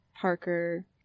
parker